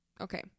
Okay